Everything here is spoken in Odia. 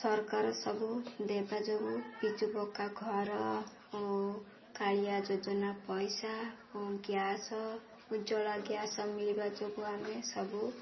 ସରକାର ସବୁ ଦେବା ଯୋଗୁଁ ବିଜୁ ପକ୍କା ଘର ଓ କାଳିଆ ଯୋଜନା ପଇସା ଓ ଗ୍ୟାସ୍ ଉଜ୍ଜଳା ଗ୍ୟାସ୍ ମିଳିବା ଯୋଗୁଁ ଆମେ ସବୁ